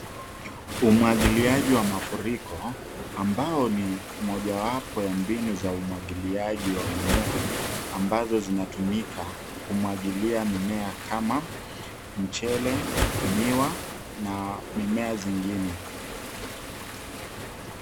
Umwagiliaji wa mafuriko ambao ni mojawapo ya mbinu za umwagiliaji wa mimea ambazo zinatumika kumwagilia mimea kama mchele, miwa na mimea zingine.